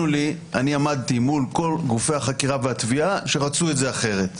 עמדתי מול כל גופי החקירה והתביעה שרצו משהו אחר.